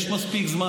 יש מספיק זמן